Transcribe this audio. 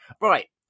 Right